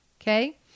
okay